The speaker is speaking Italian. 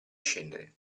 scendere